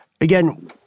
Again